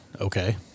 okay